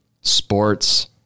sports